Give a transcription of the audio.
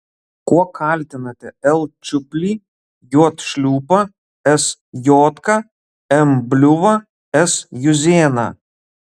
kuo kaltinate l čiuplį j šliūpą s jodką m bliuvą s juzėną